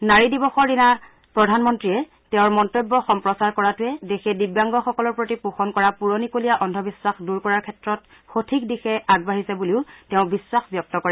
নাৰী দিৱসৰ দিনা প্ৰধানমন্ত্ৰীয়ে তেওঁৰ মন্তব্য সম্প্ৰচাৰ কৰাটোৱে দেশে দিব্যাংগ সকলৰ প্ৰতি পোষণ কৰা পুৰণিকলীয়া অন্ধবিশ্বাস দূৰ কৰাৰ ক্ষেত্ৰত সঠিক দিশে আগবাঢ়িছে বুলি তেওঁ বিশ্বাস ব্যক্ত কৰে